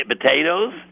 potatoes